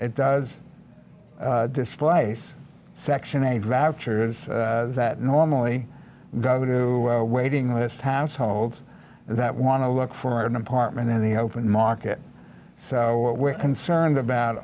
it does displace section eight vouchers that normally go to waiting list households that want to look for an apartment in the open market so what we're concerned about